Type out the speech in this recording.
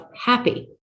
happy